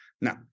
Now